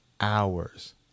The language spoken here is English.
hours